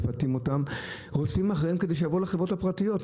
מפתים אותן רודפים אחריהן על מנת שיבואו לחברות הפרטיות,